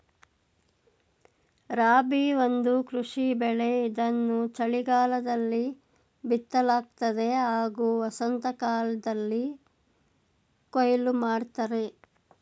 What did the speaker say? ರಾಬಿ ಒಂದು ಕೃಷಿ ಬೆಳೆ ಇದನ್ನು ಚಳಿಗಾಲದಲ್ಲಿ ಬಿತ್ತಲಾಗ್ತದೆ ಹಾಗೂ ವಸಂತಕಾಲ್ದಲ್ಲಿ ಕೊಯ್ಲು ಮಾಡ್ತರೆ